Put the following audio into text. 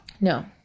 no